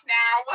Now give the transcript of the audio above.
now